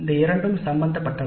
இந்த இரண்டும் சம்பந்தப்பட்டவை